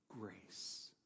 grace